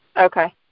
Okay